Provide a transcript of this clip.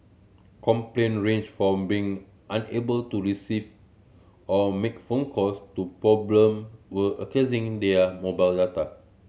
complaint ranged from being unable to receive or make phone calls to problem were accessing their mobile data